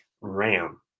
RAM